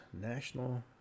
National